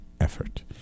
effort